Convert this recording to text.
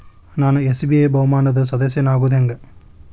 ನಾನು ಎಸ್.ಬಿ.ಐ ಬಹುಮಾನದ್ ಸದಸ್ಯನಾಗೋದ್ ಹೆಂಗ?